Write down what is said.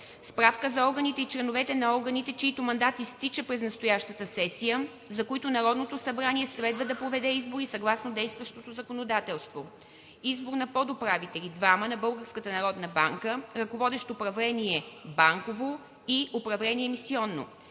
Справка за органите и членовете на органите, чийто мандат изтича през настоящата сесия, за които Народното събрание следва да проведе избори съгласно действащото законодателство: Избор на подуправители – двама, на Българската народна банка, ръководещ управление „Банково“ и управление „Емисионно“.